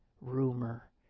rumor